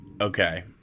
okay